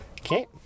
Okay